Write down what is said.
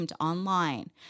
online